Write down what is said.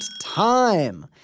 time